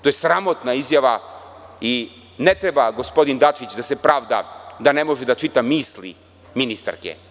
To je sramotna izjava i ne treba gospodin Dačić da se pravda da ne može da čita misli ministarke.